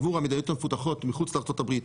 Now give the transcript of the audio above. עבור המדינות המפותחות מחוץ לארצות הברית